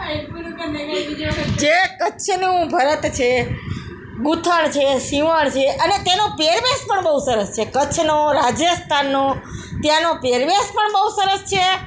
જે કચ્છનું ભરત છે ગૂંથણ છે સીવણ છે અને તેનો પહેરવેશ પણ બહુ સરસ છે કચ્છનો રાજસ્થાનનો ત્યાંનો પહેરવેશ પણ બહુ સરસ છે